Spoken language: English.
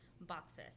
boxes